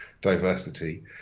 diversity